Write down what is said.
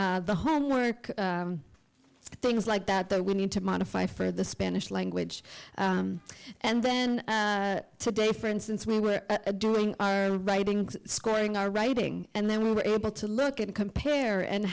the homework and things like that that we need to modify for the spanish language and then today for instance we were doing our writing scoring our writing and then we were able to look and compare and